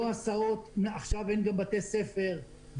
לא הסעות ועכשיו גם אין בתי ספר,